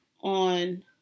on